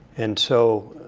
and so